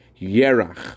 yerach